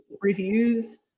reviews